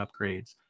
upgrades